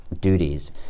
duties